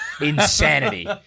insanity